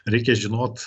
reikia žinot